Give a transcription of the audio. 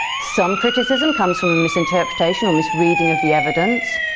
some criticism comes from misinterpretation or misreading of the evidence.